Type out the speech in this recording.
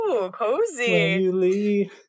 cozy